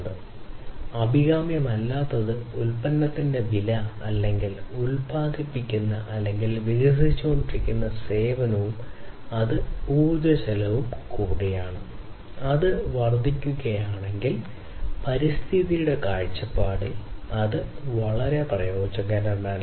അതിനാൽ അഭികാമ്യമല്ലാത്തത് ഉൽപ്പന്നത്തിന്റെ വില അല്ലെങ്കിൽ ഉൽപാദിപ്പിക്കുന്ന അല്ലെങ്കിൽ വികസിപ്പിച്ചുകൊണ്ടിരിക്കുന്ന സേവനവും അത് ഊർജ്ജ ചെലവും കൂടിയാണ് അത് വർദ്ധിക്കുകയാണെങ്കിൽ പരിസ്ഥിതിയുടെ കാഴ്ചപ്പാടിൽ ഇത് വളരെ പ്രയോജനകരമല്ല